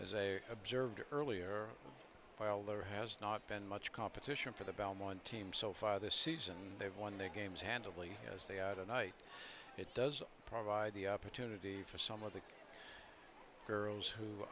as a observed earlier while there has not been much competition for the belmont team so far this season they've won the games handily as they had a night it does provide the opportunity for some of the girls who